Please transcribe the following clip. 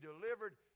delivered